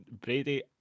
Brady